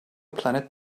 planet